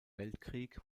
weltkrieg